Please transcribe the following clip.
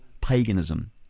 paganism